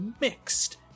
mixed